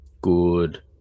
Good